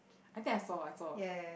I think I saw I saw